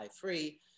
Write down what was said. free